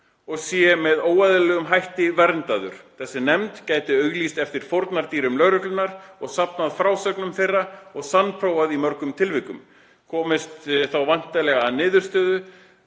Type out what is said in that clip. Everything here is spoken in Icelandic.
og sé með óeðlilegum hætti verndaður. Þessi nefnd gæti auglýst eftir fórnardýrum lögreglunnar og safnað frásögnum þeirra og sannprófað í mörgum tilvikum, komist þá væntanlega að niðurstöðu